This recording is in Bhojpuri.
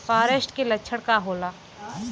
फारेस्ट के लक्षण का होला?